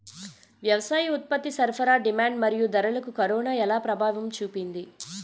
వ్యవసాయ ఉత్పత్తి సరఫరా డిమాండ్ మరియు ధరలకు కరోనా ఎలా ప్రభావం చూపింది